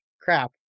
Crap